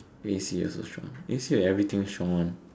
A_C also strong A_C like everything strong one